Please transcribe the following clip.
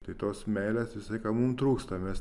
tai tos meilės visą laiką mum trūksta mes